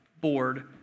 board